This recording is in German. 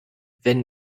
wenn